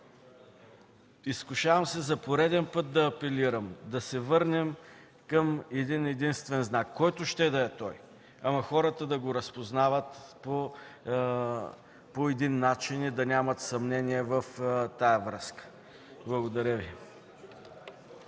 Изкушавам се за пореден път да апелирам – да се върнем към един-единствен знак, който ще да е той, но хората да го разпознават по един начин и да нямат съмнение в тази връзка. Благодаря Ви.